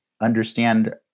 understand